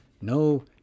no